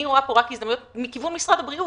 אני רואה פה רק הזדמנויות מכיוון משרד הבריאות,